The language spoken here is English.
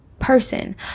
person